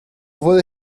wurden